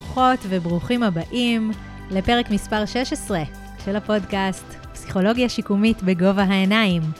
ברוכות וברוכים הבאים לפרק מספר 16 של הפודקאסט, פסיכולוגיה שיקומית בגובה העיניים.